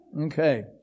Okay